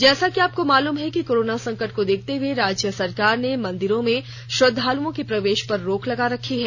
जैसा कि आपको मालूम है कि कोरोना संकट को देखते हुए राज्य सरकार ने मंदिरों में श्रद्धालुओं के प्रवेश पर रोक लगा रखी है